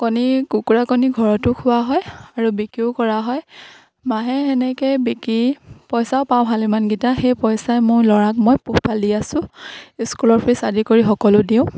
কণী কুকুৰা কণী ঘৰতো খোৱা হয় আৰু বিক্ৰীও কৰা হয় মাহে সেনেকে বিকি পইচাও পাওঁ ভাল ইমানকিটা সেই পইচাই মই ল'ৰাক মই পোহপাল দি আছোঁ স্কুলৰ ফিজ আদি কৰি সকলো দিওঁ